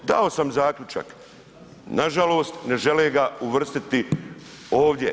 Dao sam zaključak, nažalost ne žele ga uvrstiti ovdje.